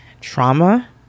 trauma